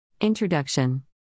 Introduction